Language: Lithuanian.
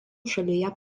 šalyje